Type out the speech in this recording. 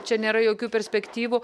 čia nėra jokių perspektyvų